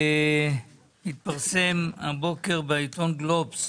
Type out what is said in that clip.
התפרסם הבוקר בעיתון גלובס,